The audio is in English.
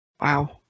Wow